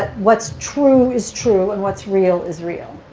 but what's true is true, and what's real is real.